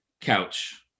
couch